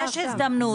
יש הזדמנות,